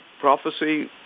prophecy